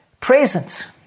present